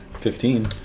Fifteen